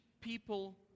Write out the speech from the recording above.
people